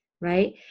Right